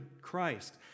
Christ